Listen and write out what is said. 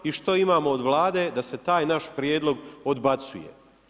I što imamo od Vlade da se taj naš prijedlog odbacuje.